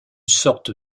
sorte